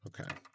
Okay